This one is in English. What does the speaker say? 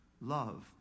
love